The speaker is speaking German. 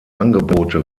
angebote